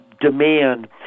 demand